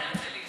עיריית הרצליה?